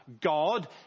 God